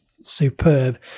superb